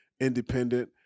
independent